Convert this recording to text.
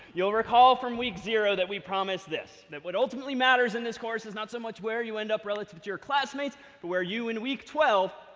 you'll recall from week zero that we promised this, that what ultimately matters in this course is not so much where you end up relative to your classmates, but where you, in week twelve,